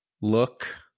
look